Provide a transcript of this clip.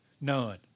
None